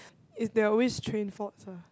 there are always train faults lah